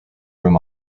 room